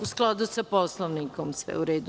U skladu sa Poslovnikom, sve u redu.